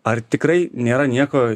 ar tikrai nėra nieko